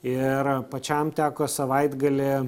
ir pačiam teko savaitgalį